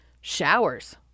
Showers